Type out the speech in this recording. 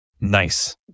Nice